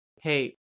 hey